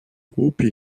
groupe